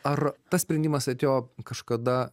ar tas sprendimas atėjo kažkada